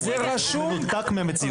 זה מנותק מהמציאות.